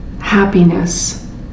happiness